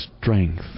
strength